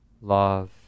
love